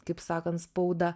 kaip sakant spaudą